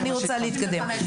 אני רוצה להתקדם.